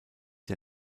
der